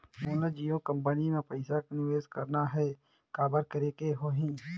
मोला जियो कंपनी मां पइसा निवेश करना हे, काबर करेके होही?